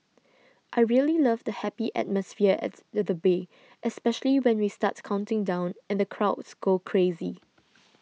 I really love the happy atmosphere at the at bay especially when we start counting down and the crowds go crazy